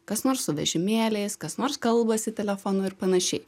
kas nors su vežimėliais kas nors kalbasi telefonu ir panašiai